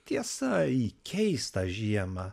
tiesa į keistą žiemą